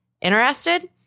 Interested